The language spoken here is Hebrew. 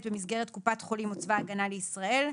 במסגרת קופת חולים או צבא-הגנה לישראל,